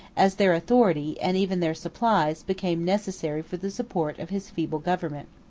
as their authority, and even their supplies, became necessary for the support of his feeble government.